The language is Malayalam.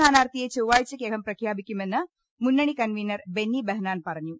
സ്ഥാനാർത്ഥിയെ ചൊവ്വാഴ്ചക്കകം പ്രഖ്യാപിക്കുമെന്ന് മുന്നണി കൺവീനർ ബെന്നി ബെഹന്നാൻ പറഞ്ഞു